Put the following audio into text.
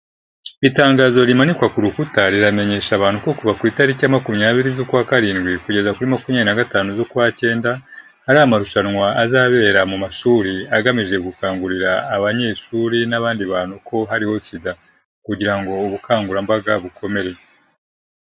Itangazo rimanikwa ku rukuta riramenyesha abantu ko kuva ku itariki makumyabiri z'ukwa karindwi kugeza kuri makumyabiri n'agatanu z'ukwa cyenda, hari amarushanwa azabera mu mashuri agamije gukangurira abanyeshuri n'abandi bantu ko hariho sida, kugira ngo ubukangurambaga bukomere.